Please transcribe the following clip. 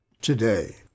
today